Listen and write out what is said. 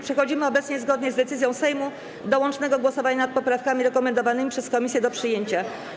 Przechodzimy obecnie, zgodnie z decyzją Sejmu, do łącznego głosowania nad poprawkami rekomendowanymi przez komisję do przyjęcia.